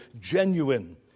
genuine